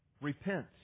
Repent